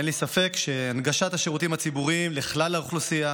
אין לי ספק שהנגשת השירותים הציבוריים לכלל האוכלוסייה